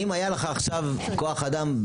אם היה לך עכשיו כוח אדם,